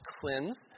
cleanse